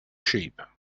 sheep